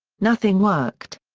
nothing worked.